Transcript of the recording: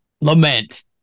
Lament